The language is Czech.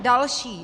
Další.